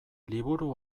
liburu